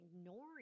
ignoring